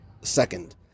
second